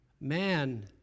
man